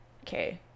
okay